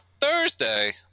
thursday